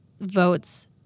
votes